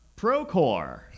Procore